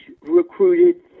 recruited